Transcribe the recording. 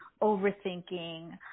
overthinking